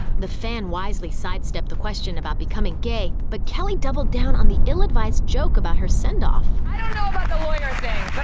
the fan wisely sidestepped the question about becoming gay, but kelly doubled down on the ill advised joke with her sendoff. i don't know about the lawyer thing,